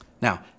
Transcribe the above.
Now